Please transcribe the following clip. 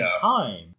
time